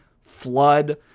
Flood